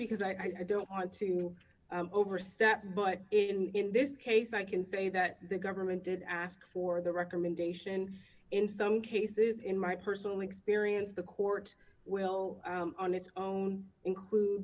because i don't want to move over step but in this case i can say that the government did ask for the recommendation in some cases in my personal experience the court will on its own include